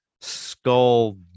skull